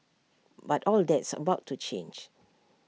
but all that's about to change